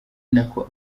nako